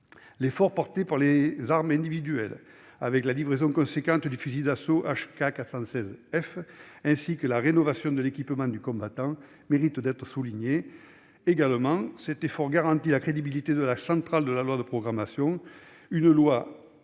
L'effort porté sur les armes individuelles, avec les livraisons substantielles de fusils d'assaut HK 416 F, et sur la rénovation de l'équipement du combattant mérite d'être souligné. Cet effort garantit la crédibilité de l'axe central de la loi de programmation- une loi à